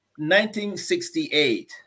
1968